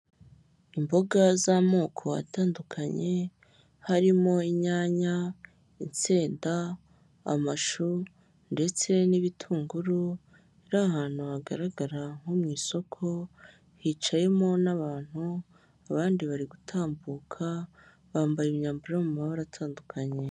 Imboga z'amoko atandukanye harimo; inyanya, isenda, amashu ndetse n'ibitunguru biri ahantu hagaragara nko mu isoko, hicayemo n'abantu abandi bari gutambuka bambaye imyambaro yo mu mabara atandukanye.